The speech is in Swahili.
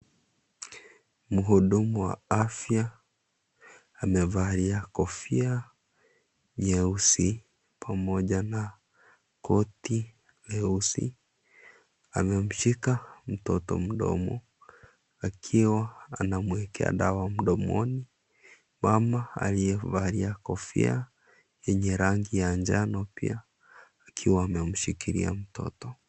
Mhudumu wa afya, amevalia kofia nyeusi, pamoja na koti nyeusi. Amemshika mtoto mdomo, akiwa anamwekea dawa mdomoni. Mama aliyevalia kofia ,yenye rangi ya njano pia, akiwa amemshikilia mtoto.